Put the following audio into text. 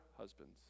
husbands